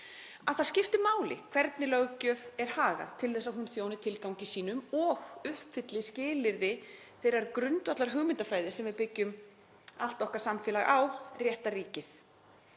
það skiptir máli hvernig löggjöf er hagað til þess að hún þjóni tilgangi sínum og uppfylli skilyrði þeirrar grundvallarhugmyndafræði sem við byggjum allt okkar samfélag á, réttarríkið.